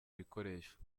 bikoresho